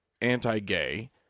anti-gay